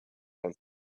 and